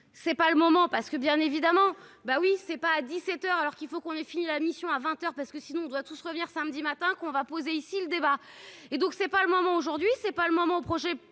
c'est pas le moment parce que bien évidemment, ben oui, c'est pas à 17 heures alors qu'il faut qu'on ait fini la mission à 20 heures parce que sinon on doit tous revenir samedi matin qu'on va poser ici le débat, et donc c'est pas le moment aujourd'hui c'est pas le moment au projet